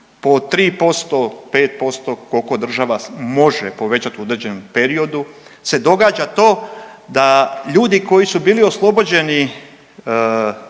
po 3%, 5%, koliko država može povećati u određenom periodu se događa to da ljudi koji su bili oslobođeni